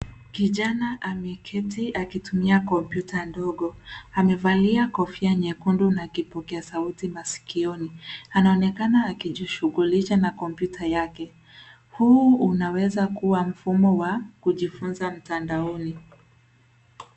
Kijana ameketi akitumia kompyuta ndogo. Amevalia kofia nyekundu na kipokea sauti maskioni. Anaonekana akijishughulisha na kompyuta yake. Huu unaweza kuwa mfumo wa kujifunza mtandaoni.